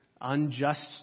unjust